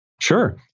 Sure